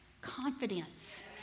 confidence